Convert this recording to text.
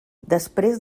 després